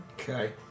okay